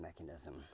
mechanism